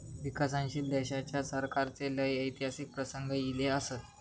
विकसनशील देशाच्या सरकाराचे लय ऐतिहासिक प्रसंग ईले असत